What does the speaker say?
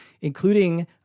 including